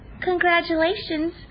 congratulations